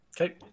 okay